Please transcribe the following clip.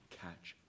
catch